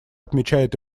отмечает